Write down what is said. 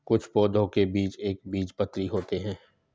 कुछ पौधों के बीज एक बीजपत्री होते है